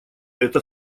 это